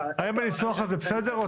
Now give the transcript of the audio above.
האם הניסוח הזה בסדר?